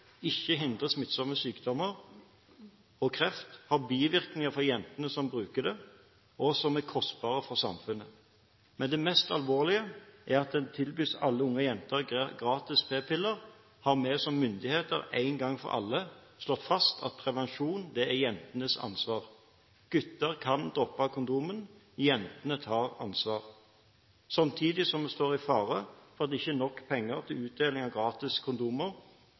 ikke hindrer smittsomme sykdommer og kreft, som har bivirkninger for jentene som bruker det, og som er kostbart for samfunnet. Men det mest alvorlige er at hvis det tilbys gratis p-piller til alle unge jenter, har vi som myndigheter en gang for alle slått fast at prevensjon er jentenes ansvar – guttene kan droppe kondomet, jentene tar ansvar – samtidig som vi står i fare for at det ikke er nok penger til utdeling av gratis kondomer